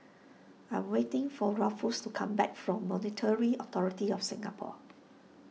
I am waiting for Ruffus to come back from Monetary Authority of Singapore